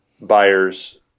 Buyers